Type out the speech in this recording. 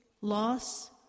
loss